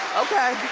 okay.